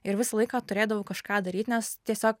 ir visą laiką turėdavau kažką daryt nes tiesiog